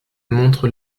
montre